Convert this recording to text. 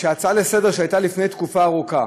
שהצעה לסדר-היום שהייתה לפני תקופה ארוכה,